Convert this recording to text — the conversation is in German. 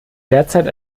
derzeit